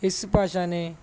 ਇਸ ਭਾਸ਼ਾ ਨੇ